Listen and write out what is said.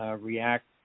react